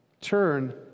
turn